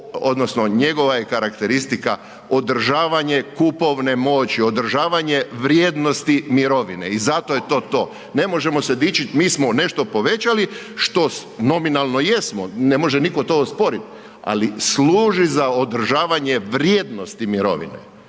odnosno njegova je karakteristika održavanje kupovne moći, održavanje vrijednosti mirovine i zato je to to. Ne možemo se dići mi smo nešto povećali što, nominalno jesmo ne može nitko to osporiti, ali služi za održavanje vrijednosti mirovine.